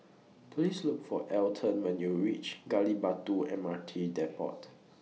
Please Look For Elton when YOU REACH Gali Batu M R T Depot